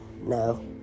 No